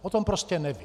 O tom prostě nevím.